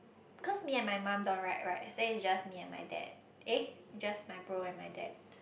cause me and my mum don't ride right then it's just me and my day eh just my bro and my dad